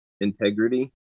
integrity